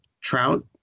trout